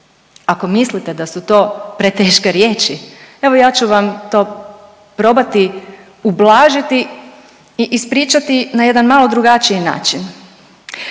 Ako mislite da su to preteške riječi, evo ja ću vam to probati ublažiti i ispričati na jedan malo drugačiji način.